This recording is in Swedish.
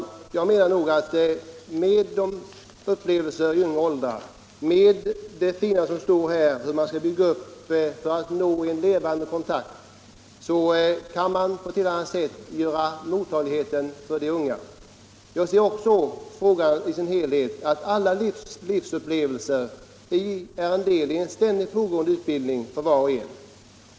Jag menar att med barnets upplevelser av allt det fina som står här om hur man skall bygga upp en levande kontakt kan man på ett annat sätt göra mottagligheten större hos de unga. Jag ser också frågan i sin helhet så, att alla livsupplevelser är en del i en ständigt pågående utbildning för var och en.